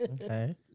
Okay